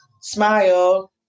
Smile